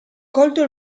colto